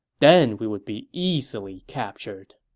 then we would be easily captured.